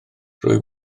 rwyt